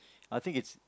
I think it's